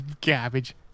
Cabbage